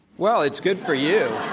well, it's good for you.